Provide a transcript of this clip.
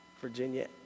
Virginia